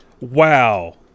Wow